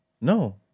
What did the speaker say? No